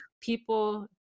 people